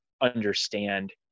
understand